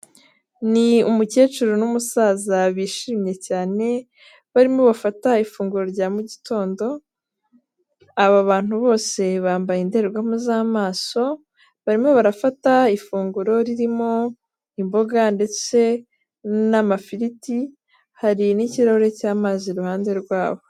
Ni umukecuru n'umusaza bishimye cyane, barimo bafata ifunguro rya mu gitondo. Aba bantu bose bambaye indorerwamo z'amaso, barimo barafata ifunguro ririmo imboga ndetse n'amafiriti, hari n'ikirahuri cy'amazi iruhande rwabo.